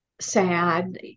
sad